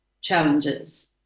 challenges